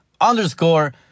underscore